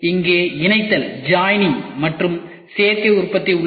இங்கே இணைத்தல் மற்றும் சேர்க்கை உற்பத்தி உள்ளது